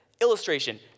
illustration